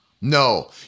No